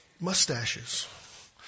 mustaches